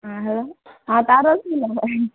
हँ हेलो हँ तऽ आरो की लेबै